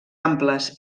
amples